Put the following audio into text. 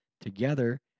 together